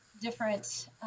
different